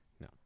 No